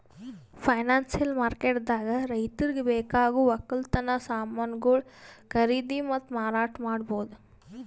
financial ಮಾರ್ಕೆಟ್ದಾಗ್ ರೈತರಿಗ್ ಬೇಕಾಗವ್ ವಕ್ಕಲತನ್ ಸಮಾನ್ಗೊಳು ಖರೀದಿ ಮತ್ತ್ ಮಾರಾಟ್ ಮಾಡ್ಬಹುದ್